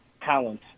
talent